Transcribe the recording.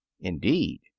Indeed